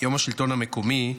יום השלטון המקומי,